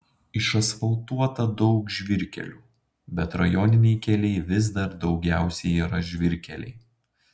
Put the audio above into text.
išasfaltuota daug žvyrkelių bet rajoniniai keliai vis dar daugiausiai yra žvyrkeliai